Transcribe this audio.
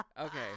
okay